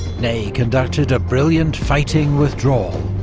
ney conducted a brilliant fighting withdrawal,